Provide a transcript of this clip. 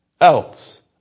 else